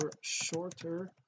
shorter